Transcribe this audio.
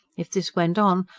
if this went on,